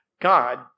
God